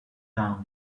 down